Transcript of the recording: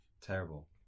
terrible